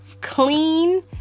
clean